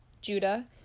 Judah